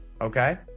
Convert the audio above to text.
okay